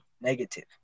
negative